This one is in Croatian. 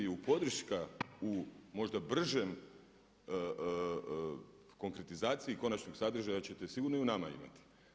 I podrška u možda bržem konkretizaciji konačnog sadržaja hoćete sigurno i u nama imati.